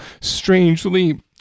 strangely